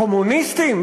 קומוניסטים,